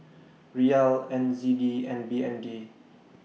Riyal N Z D and B N D